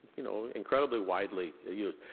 you know, incredibly widely ah used.